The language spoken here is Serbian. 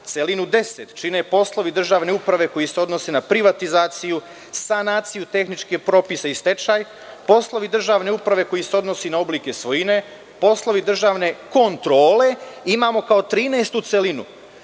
deset čine poslovi državne uprave koji se odnose na privatizaciju, sanaciju tehničkih propisa i stečaj, poslovi državne uprave koji se odnose na oblike svojine, poslovi državne kontrole. Imamo kao 13 celinu